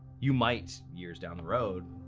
you might, years down the road,